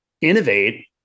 innovate